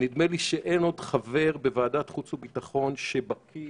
ונדמה שאין עוד חבר בוועדת החוץ והביטחון שבקיא